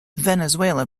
venezuela